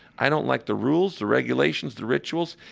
i don't like the rules, the regulations, the rituals.